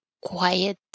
quiet